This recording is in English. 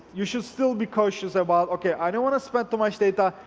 you should still be cautious about okay, i don't want to spend too much data,